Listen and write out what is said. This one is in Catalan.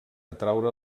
atraure